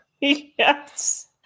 Yes